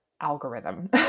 algorithm